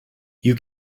you